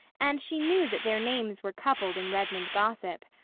and she knew that their names were coupled in redmond gossip.